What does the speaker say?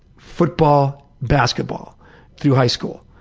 football, basketball through high school.